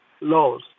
laws